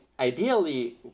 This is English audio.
Ideally